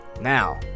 now